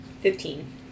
Fifteen